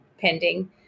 pending